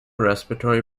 respiratory